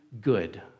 good